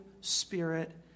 spirit